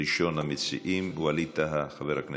מס' 65 ו-75.